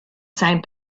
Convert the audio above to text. same